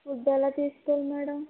food ఎలా తీసుకోవాలి madam